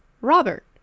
Robert